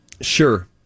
Sure